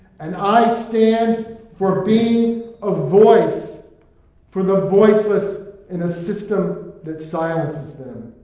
and i stand for being a voice for the voiceless in a system that silences them.